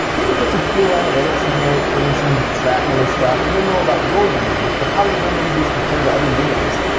you can put some cool analytics in it, put in some tracking and stuff and you'll know about your users, but how do your users compare to other games?